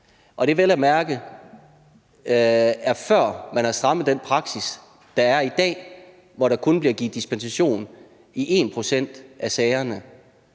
det er vel at mærke, før man har strammet den praksis, der er i dag, hvor der kun bliver givet dispensation i 1 pct. af sagerne.